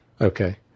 Okay